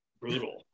brutal